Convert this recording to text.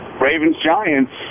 Ravens-Giants